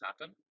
happen